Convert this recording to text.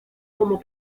como